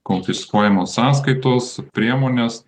konfiskuojamos sąskaitos priemonės